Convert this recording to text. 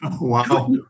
Wow